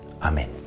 Amen